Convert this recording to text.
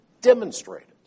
demonstrated